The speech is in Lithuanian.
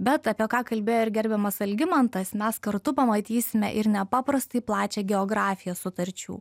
bet apie ką kalbėjo ir gerbiamas algimantas mes kartu pamatysime ir nepaprastai plačią geografiją sutarčių